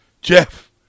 Jeff